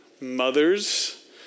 mothers